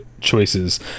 choices